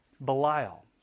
Belial